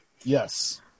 Yes